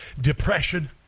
depression